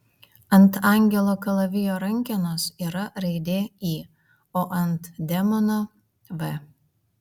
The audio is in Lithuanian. ant angelo kalavijo rankenos yra raidė i o ant demono v